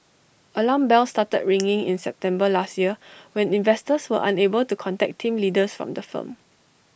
alarm bells started ringing in September last year when investors were unable to contact team leaders from the firm